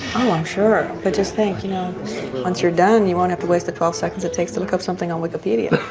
oh i'm sure. but just think you know once you're done you want at the waist to twelve seconds it takes to look up something on wikipedia